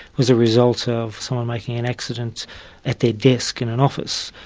was a result of someone making an accident at their desk in an office,